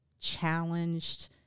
challenged